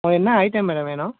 உங்களுக்கு என்ன item madam வேணும்